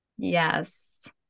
Yes